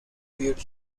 viewed